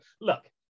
look